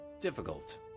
difficult